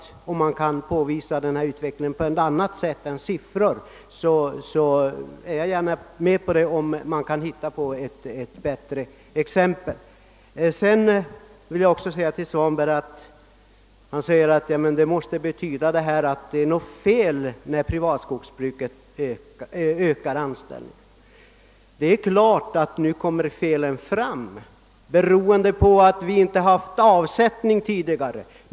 Om någon kan belysa utvecklingen på ett bättre sätt än med siffror, vill jag gärna vara med om en sådan jämförelse. Herr Svanberg säger att det måste föreligga något fel när privatskogsbruket visar ökad sysselsättning. Det felet beror på ait vi inte tidigare har haft tillräcklig avsättning.